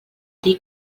dir